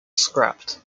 scrapped